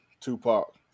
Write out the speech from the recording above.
Tupac